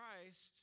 Christ